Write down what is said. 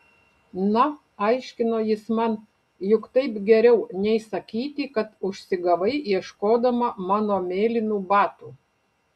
na aiškino jis man juk taip geriau nei sakyti kad užsigavai ieškodama mano mėlynų batų